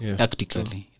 tactically